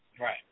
Right